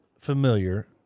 familiar